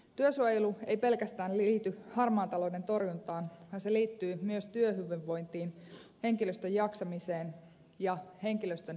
työsuojelu ei pelkästään liity harmaan talouden torjuntaan vaan se liittyy myös työhyvinvointiin henkilöstön jaksamiseen ja henkilöstön työturvallisuuteen